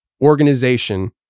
organization